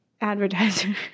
advertiser